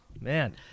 Man